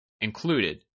included